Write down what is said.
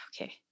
okay